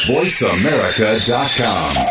VoiceAmerica.com